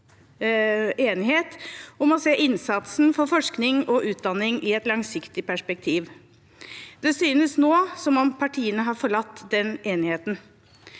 om å se innsatsen for forskning og utdanning i et langsiktig perspektiv. Det synes nå som om partiene har forlatt den enigheten.